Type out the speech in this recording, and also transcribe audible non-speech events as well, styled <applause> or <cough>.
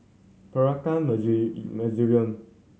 Peranakan <unintelligible> Museum